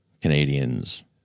Canadians